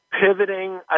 pivoting